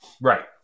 Right